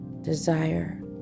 desire